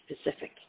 specific